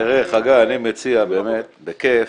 חגי, אני מציע באמת, בכיף,